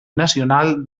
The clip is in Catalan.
nacional